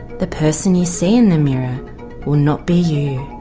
the person you see in the mirror will not be you,